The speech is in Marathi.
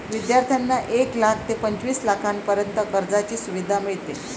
विद्यार्थ्यांना एक लाख ते पंचवीस लाखांपर्यंत कर्जाची सुविधा मिळते